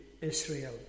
Israel